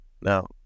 Now